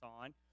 on